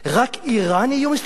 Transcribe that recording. רק אירן היא איום אסטרטגי?